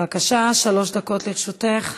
בבקשה, שלוש דקות לרשותך.